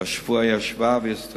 והשבוע הוא ישב וקבע